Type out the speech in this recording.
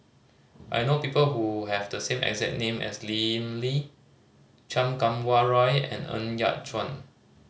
I know people who have the same exact name as Lim Lee Chan Kum Wah Roy and Ng Yat Chuan